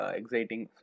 exciting